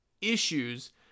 issues